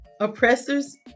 oppressor's